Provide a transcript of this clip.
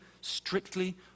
strictly